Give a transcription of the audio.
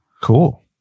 Cool